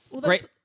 Great